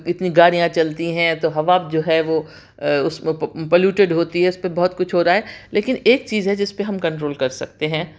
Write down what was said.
اتنی گاڑیاں چلتی ہیں تو ہوا جو ہے وہ اس پولیوٹیڈ ہوتی ہے اس پہ بہت کچھ ہو رہا ہے لیکن ایک چیز ہے جس پہ ہم کنٹرول کر سکتے ہیں